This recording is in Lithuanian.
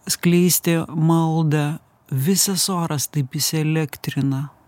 skleisti maldą visas oras taip įsielektrina